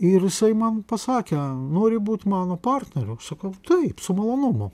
ir jisai man pasakė nori būt mano partneriu sakau taip su malonumu